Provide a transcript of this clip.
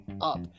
up